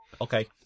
okay